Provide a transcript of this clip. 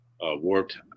warped